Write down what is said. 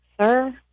sir